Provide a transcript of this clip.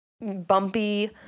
bumpy